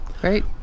Great